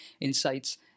insights